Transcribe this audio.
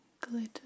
glitter